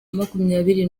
makumyabiri